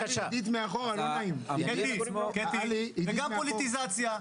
קטי, זה גם פוליטיזציה.